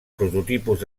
prototipus